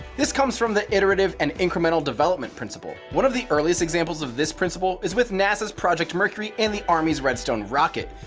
this comes from the iterative and incremental development principle. one of the earliest examples of this principle is with nasa's project mercury and the army's redstone rocket,